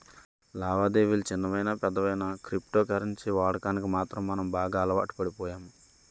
లావాదేవిలు చిన్నవయినా పెద్దవయినా క్రిప్టో కరెన్సీ వాడకానికి మాత్రం మనం బాగా అలవాటుపడిపోయాము